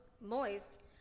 moist